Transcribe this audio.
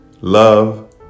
love